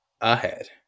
ahead